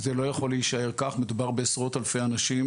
זה לא יכול להישאר כך כי מדובר בעשרות אלפי אנשים